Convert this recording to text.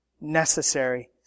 necessary